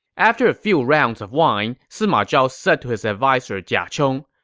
after a few rounds of wine, sima zhao said to his adviser jia chong,